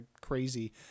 crazy